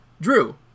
Drew